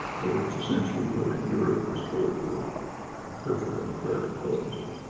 but it's essentially what in europe is called and social democratic policies.